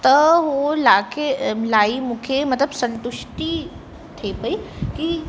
त हुन लाइ कंहिं लाइ मूंखे मतलबु संतुष्टि थिए पेई कि